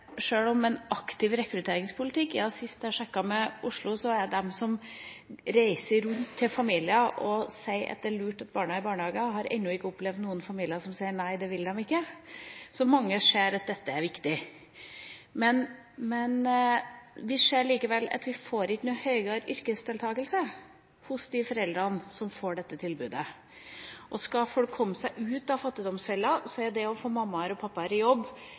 er i barnehage, altså driver en aktiv rekrutteringspolitikk, ennå ikke opplevd at det er noen familier som sier at nei, det vil de ikke. Så mange ser at dette er viktig. Vi ser likevel at vi ikke får noe høyere yrkesdeltakelse hos de foreldrene som får dette tilbudet. Skal folk komme seg ut av fattigdomsfella, er det å få mammaer og pappaer i jobb